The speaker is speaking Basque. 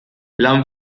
lan